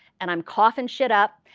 and i'm coughing shit up.